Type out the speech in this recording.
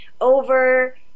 over